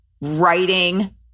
writing